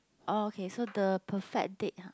uh okay so the perfect date ah